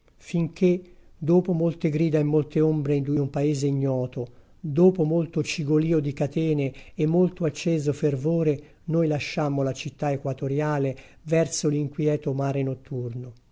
finché dopo molte grida e molte tenebre di un paese ignoto dopo molto cigolìo di catene e molto acceso fervore noi lasciammo la città equatoriale verso l'inquieto mare notturno